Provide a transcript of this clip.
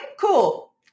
cool